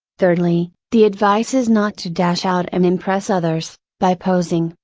thirdly, the advice is not to dash out and impress others, by posing,